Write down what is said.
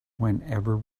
whenever